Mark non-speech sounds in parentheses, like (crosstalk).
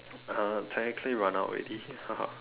uh technically run out already (laughs)